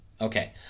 Okay